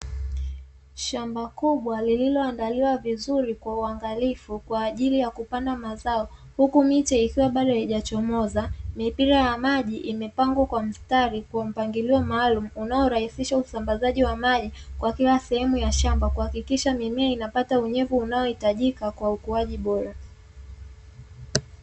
Shamba kubwa lililoandaliwa vizuri kwa uangalifu kwa ajili ya kupanda mazao, huku miche ikiwa bado haijachomoza; mipira ya maji imepangwa kwa mstari kwa mpangilio maalumu unaorahisisha usambazaji wa maji kwa kila sehemu ya shamba kuhakikisha mimea inapata unyevu unaohitajika kwa ukuaji bora.